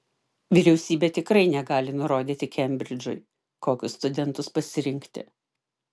vyriausybė tikrai negali nurodyti kembridžui kokius studentus pasirinkti